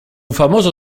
famoso